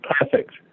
perfect